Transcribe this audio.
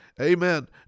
Amen